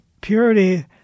purity